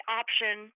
option